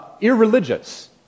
irreligious